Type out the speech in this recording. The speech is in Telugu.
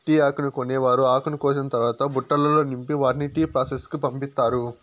టీ ఆకును కోసేవారు ఆకును కోసిన తరవాత బుట్టలల్లో నింపి వాటిని టీ ప్రాసెస్ కు పంపిత్తారు